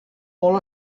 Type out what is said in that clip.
molt